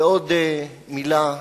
ועוד מלה,